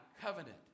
covenant